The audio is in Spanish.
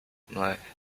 nueve